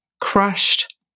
crushed